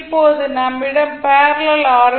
இப்போது நம்மிடம் parallel R